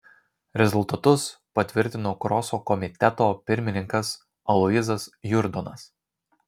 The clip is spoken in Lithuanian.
rezultatus patvirtino kroso komiteto pirmininkas aloyzas jurdonas